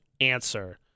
answer